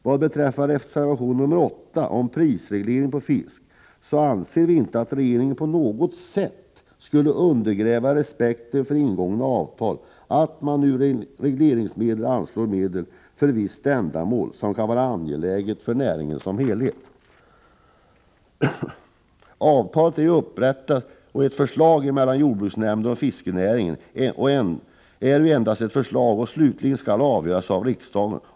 Vad beträffar reservation nr 8 om prisreglering på fisk anser vi inte att regeringen på något sätt skulle undergräva respekten för ingångna avtal genom att från regleringsmedel anslå pengar för visst ändamål som kan vara angeläget för näringen som helhet. Avtal är ju upprättat, och ett förslag som bygger på en överenskommelse mellan jordbruksnäringen och fiskenäringen är dock endast ett förslag. Frågan skall ju slutligen avgöras av riksdagen.